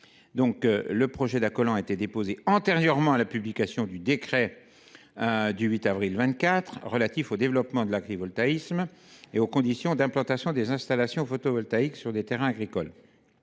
2024. Le projet d’Accolans a été déposé antérieurement à la publication du décret du 8 avril 2024 relatif au développement de l’agrivoltaïsme et aux conditions d’implantation des installations photovoltaïques sur des terrains agricoles,